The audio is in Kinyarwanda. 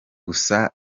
gusa